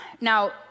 Now